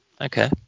Okay